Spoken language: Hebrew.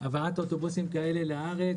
הבאת אוטובוסים כאלה לארץ.